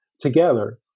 together